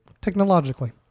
technologically